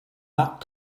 that